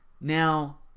Now